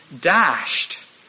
dashed